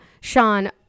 Sean